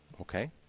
Okay